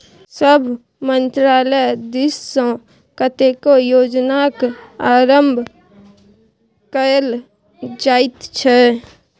सभ मन्त्रालय दिससँ कतेको योजनाक आरम्भ कएल जाइत छै